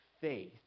faith